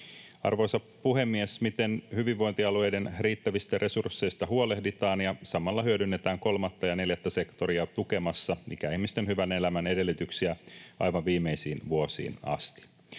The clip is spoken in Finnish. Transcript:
Arvoisa puhemies! Miten hyvinvointialueiden riittävistä resursseista huolehditaan ja samalla hyödynnetään kolmatta ja neljättä sektoria tukemassa ikäihmisten hyvän elämän edellytyksiä aivan viimeisiin vuosiin asti?